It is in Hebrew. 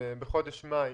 בחודש מאי,